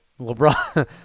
LeBron